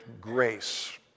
grace